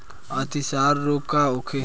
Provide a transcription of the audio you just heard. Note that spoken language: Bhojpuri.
अतिसार रोग का होखे?